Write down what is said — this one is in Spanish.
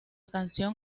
canción